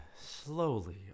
slowly